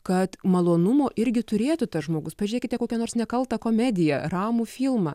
kad malonumų irgi turėtų tas žmogus pažiūrėkite kokią nors nekaltą komediją ramų filmą